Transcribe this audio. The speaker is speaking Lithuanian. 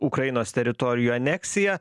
ukrainos teritorijų aneksiją